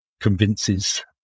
convinces